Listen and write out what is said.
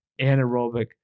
anaerobic